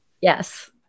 yes